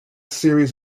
series